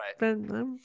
Right